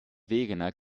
wegener